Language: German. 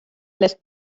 lässt